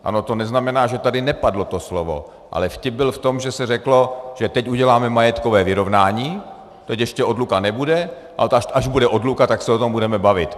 Ano, to neznamená, že tady nepadlo to slovo, ale vtip byl v tom, že se řeklo, že teď uděláme majetkové vyrovnání, teď ještě odluka nebude a až bude odluka, tak se o tom budeme bavit.